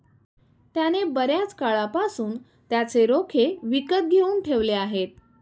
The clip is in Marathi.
त्याने बर्याच काळापासून त्याचे रोखे विकत घेऊन ठेवले आहेत